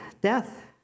death